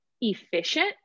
efficient